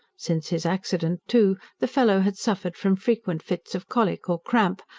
since his accident, too, the fellow had suffered from frequent fits of colic or cramp,